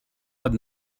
had